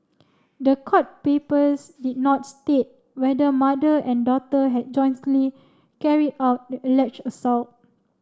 the court papers did not state whether mother and daughter had jointly carried out the alleged assault